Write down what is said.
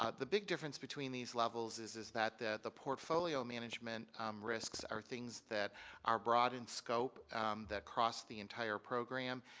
ah the big difference between these levels is is that that the portfolio management um risks are things that are broad in scope that cross the entire program.